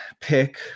pick